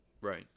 right